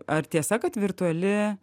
ar tiesa kad virtuali